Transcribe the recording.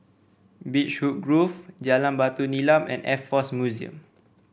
Beechwood Grove Jalan Batu Nilam and Air Force Museum